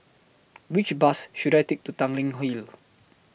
Which Bus should I Take to Tanglin Hill